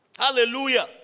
Hallelujah